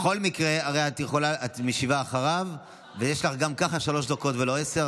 בכל מקרה את משיבה אחריו וגם ככה יש לך שלוש דקות ולא עשר,